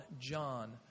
John